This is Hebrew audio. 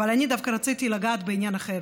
אבל אני דווקא רציתי לגעת בעניין אחר,